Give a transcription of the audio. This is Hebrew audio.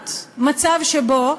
מונעת מצב שבו,